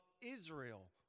Israel